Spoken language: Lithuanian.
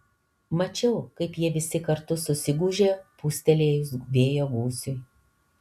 mačiau kaip jie visi kartu susigūžė pūstelėjus vėjo gūsiui